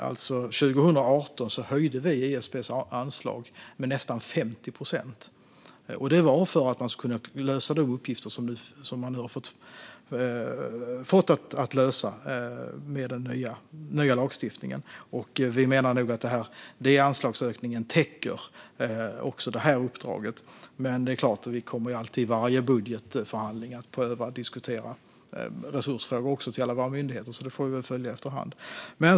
År 2018 höjde vi ISP:s anslag med nästan 50 procent. Det var för att man skulle kunna lösa de uppgifter som man fick med den nya lagstiftningen. Vi menar att denna anslagsökning också täcker detta uppdrag. Men vi kommer givetvis i varje budgetförhandling att diskutera resursfrågor till alla våra myndigheter med flera, så vi följer detta efter hand.